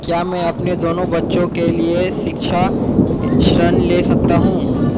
क्या मैं अपने दोनों बच्चों के लिए शिक्षा ऋण ले सकता हूँ?